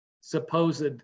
supposed